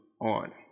on